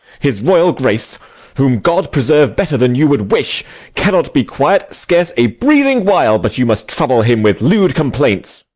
his royal grace whom god preserve better than you would wish cannot be quiet scarce a breathing while, but you must trouble him with lewd complaints.